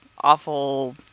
awful